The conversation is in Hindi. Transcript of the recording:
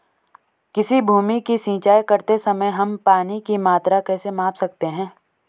किसी भूमि की सिंचाई करते समय हम पानी की मात्रा कैसे माप सकते हैं?